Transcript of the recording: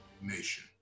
nation